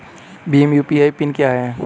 Bhim UPI PIN क्या है?